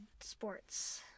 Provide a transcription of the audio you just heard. sports